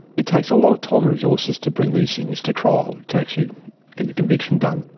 it takes a lot of time resources to bring these things to trial, to actually get the conviction done.